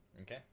Okay